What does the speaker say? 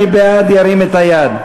מי בעד, ירים את היד.